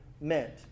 meant